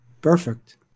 perfect